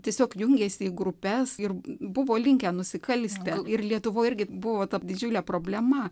tiesiog jungiasi į grupes ir buvo linkę nusikalsti ir lietuvoj irgi buvo ta didžiulė problema